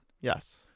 Yes